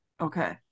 Okay